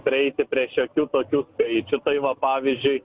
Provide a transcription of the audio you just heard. prieiti prie šiokių tokių skaičių tai va pavyzdžiui